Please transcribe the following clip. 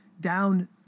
down